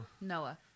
Noah